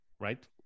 right